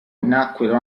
nacquero